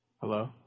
Hello